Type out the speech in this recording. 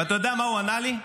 אתה יודע מה הוא ענה לי?